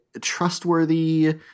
trustworthy